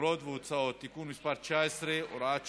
אגרות והוצאות (תיקון מס' 19 והוראת שעה),